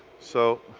so,